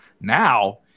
Now